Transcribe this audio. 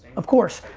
of course.